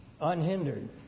unhindered